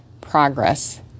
progress